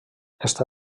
està